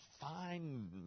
fine